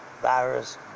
Virus